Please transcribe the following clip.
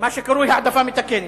לגר ולאלמנה, מה שקרוי: העדפה מתקנת.